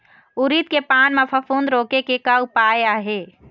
उरीद के पान म फफूंद रोके के का उपाय आहे?